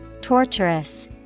Torturous